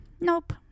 Nope